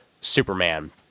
Superman